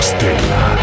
Stella